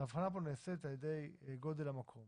ההבחנה פה נעשית על ידי גודל המקום